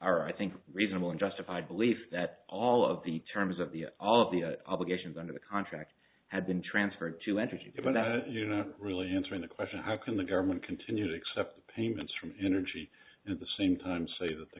our i think reasonable and justified belief that all of the terms of the all of the obligations under the contract had been transferred to entergy given that you not really answering the question how can the government continue to accept payments from energy at the same time say that the